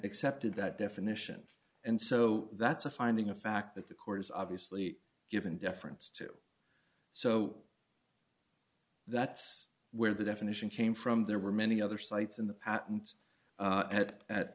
accepted that definition and so that's a finding of fact that the court is obviously given deference to so that's where the definition came from there were many other sites in the